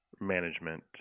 management